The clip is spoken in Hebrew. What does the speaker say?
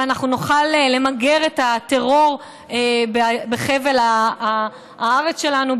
ונוכל למגר את הטרור בחבל הארץ שלנו,